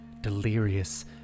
delirious